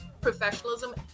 Professionalism